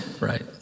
Right